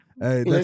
Hey